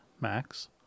max